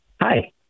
Hi